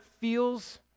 feels